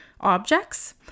objects